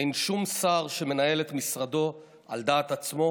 אין שום שר שמנהל את משרדו על דעת עצמו,